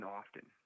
often